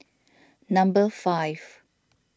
number five